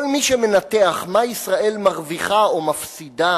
כל מי שמנתח מה ישראל מרוויחה או מפסידה